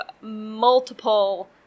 multiple